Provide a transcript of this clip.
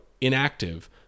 inactive